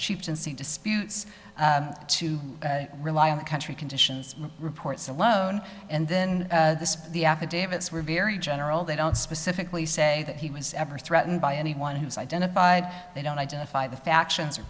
see disputes to rely on the country conditions reports alone and then the affidavits were very general they don't specifically say that he was ever threatened by anyone who's identified they don't identify the factions